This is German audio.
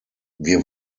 wir